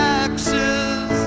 axes